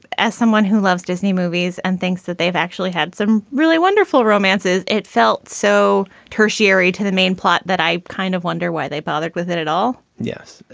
as someone who loves disney movies and thinks that they've actually had some really wonderful romances, it felt so tertiary to the main plot that i kind of wonder why they bother with it at all yes,